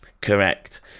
Correct